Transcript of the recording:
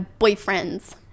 boyfriends